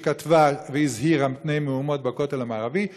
שכתבה והזהירה מפני מהומות בכותל המערבי,